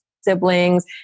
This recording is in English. siblings